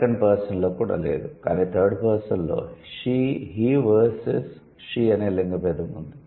second పర్సన్లో కూడా లేదు కానీ థర్డ్ పర్సన్లో 'హీ వర్సెస్ షీ' అనే లింగ భేదం ఉంది